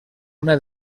una